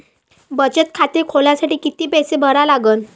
बचत खाते खोलासाठी किती पैसे भरा लागन?